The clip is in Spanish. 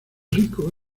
rico